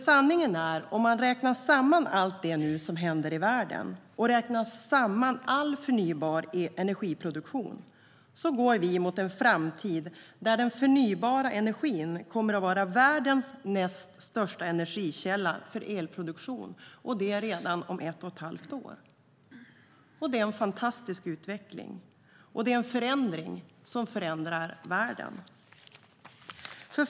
Sanningen är att om man räknar samman allt det som nu händer i världen och räknar samman all förnybar energiproduktion går vi mot en framtid där den förnybara energin kommer att vara världens näst största energikälla för elproduktion, och det redan om ett och ett halvt år. Det är en fantastisk utveckling, och det är en förändring som påverkar världen.